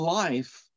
life